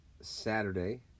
Saturday